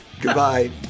Goodbye